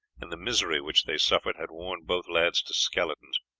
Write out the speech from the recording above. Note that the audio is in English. and the misery which they suffered had worn both lads to skeletons